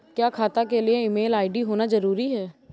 क्या खाता के लिए ईमेल आई.डी होना जरूरी है?